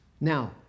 Now